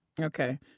Okay